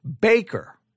Baker